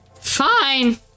Fine